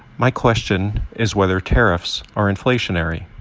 my question is whether tariffs are inflationary.